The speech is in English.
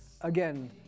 Again